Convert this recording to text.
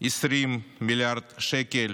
20 מיליארד שקלים,